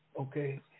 Okay